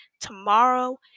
tomorrow